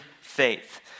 faith